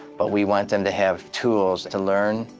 but we want them to have tools to learn,